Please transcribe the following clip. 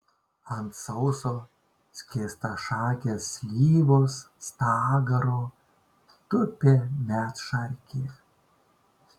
ant sauso skėstašakės slyvos stagaro tupi medšarkė